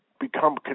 become